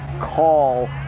call